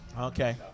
Okay